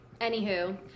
Anywho